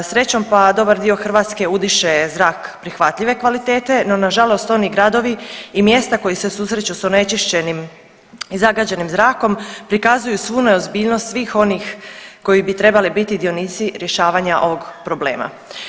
Srećom pa dobar dio Hrvatske udiše zrak prihvatljive kvalitete, no nažalost oni gradovi i mjesta koji se susreću s onečišćenim i zagađenim zrakom prikazuju svu neozbiljnost svih onih koji bi trebali biti dionici rješavanja ovog problema.